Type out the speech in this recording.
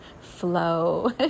flow